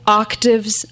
octaves